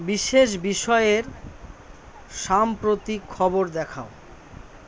বিশেষ বিষয়ের সাম্প্রতিক খবর দেখাও